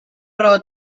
raó